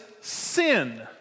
sin